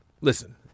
Listen